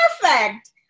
perfect